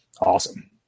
Awesome